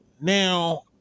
Now